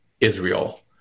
Israel